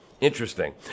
interesting